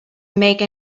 make